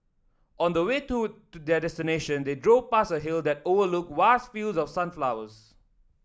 on the way to their destination they drove past a hill that overlooked vast fields of sunflowers